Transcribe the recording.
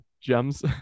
gems